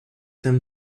them